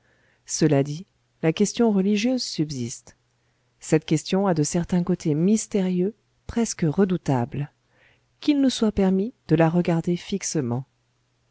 cela dit la question religieuse subsiste cette question a de certains côtés mystérieux presque redoutables qu'il nous soit permis de la regarder fixement